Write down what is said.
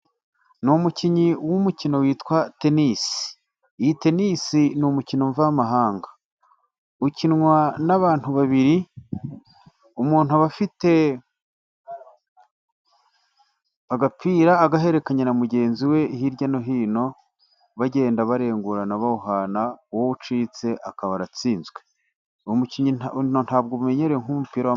Ni umukinnyi w'umukino witwa tenisi. Iyi tenisi ni umukino mvamahanga. Ukinwa n'abantu babiri, umuntu aba afite agapira agahererekanya na mugenzi we hirya no hino, bagenda barengurana bawuhana, uwo ucitse akaba aratsinzwe. Uyu mukino ntabwo umenyerewe nk'umupira w'amaguru.